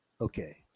okay